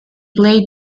plate